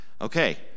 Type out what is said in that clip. Okay